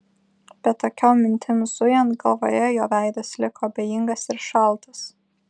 bet tokiom mintim zujant galvoje jo veidas liko abejingas ir šaltas